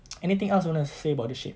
anything else you want to say about the shape